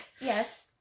Yes